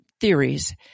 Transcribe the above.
theories